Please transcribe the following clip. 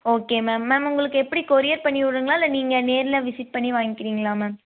okay ma'am ma'am உங்களுக்கு எப்படி courier பண்ணிவிடுணுங்களா இல்லை நீங்கள் நேரில் விசிட் பண்ணி வாங்கிக்கிறீங்களா மேம்